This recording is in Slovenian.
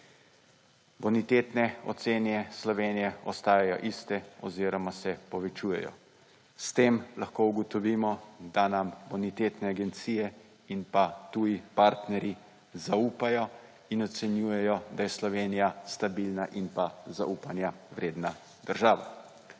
Bonitetne ocene Slovenije ostajajo iste oziroma se povečujejo. S tem lahko ugotovimo, da nam bonitetne agencije in pa tuji partnerji zaupajo in ocenjujejo, da je Slovenija stabilna in pa zaupanja vredna država.